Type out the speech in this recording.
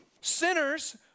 Sinners